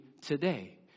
today